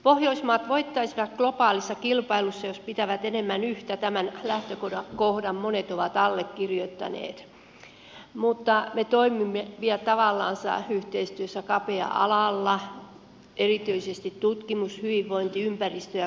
pohjoismaat voittaisivat globaalissa kilpailussa jos pitäisivät enemmän yhtä tämän lähtökohdan monet ovat allekirjoittaneet mutta me toimimme vielä yhteistyössä tavallaan kapealla alalla erityisesti tutkimus hyvinvointi ympäristö ja kulttuurialoilla